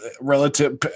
relative